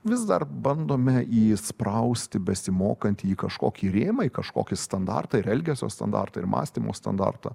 vis dar bandome įsprausti besimokantį į kažkokį rėmą į kažkokį standartą ir elgesio standartą ir mąstymo standartą